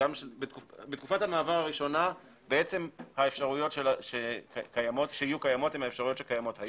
בתקופת המעבר הראשונה האפשרויות הקיימות היום הן האפשרויות שתעמודנה.